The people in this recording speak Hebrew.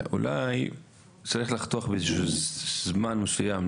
אולי צריך לחתך באיזשהו זמן מסוים,